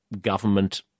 government